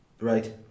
Right